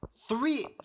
three